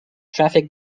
traffic